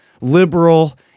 liberal